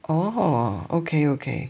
orh okay okay